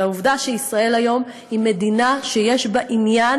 על העובדה שישראל היום היא מדינה שיש בה עניין,